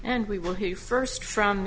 and we will hear first from